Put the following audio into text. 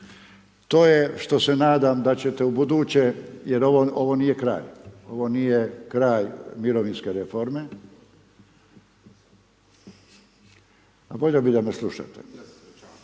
to je što se nadam da ćete u buduće jer ovo nije kraj, ovo nije kraj mirovinske reforme, a volio bi da me slušate.